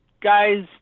guys